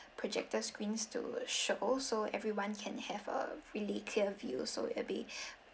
projector screens to show so everyone can have a really clear view so every